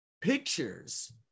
pictures